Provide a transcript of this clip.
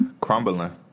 crumbling